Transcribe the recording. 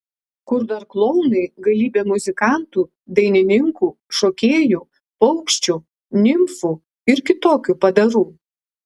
kur dar klounai galybė muzikantų dainininkų šokėjų paukščių nimfų ir kitokių padarų